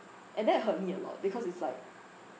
and that hurt me a lot because it's like